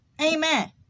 Amen